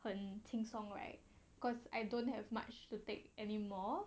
很轻松 right cause I don't have much to take anymore